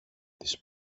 της